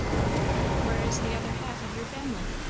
where is the other half of your family?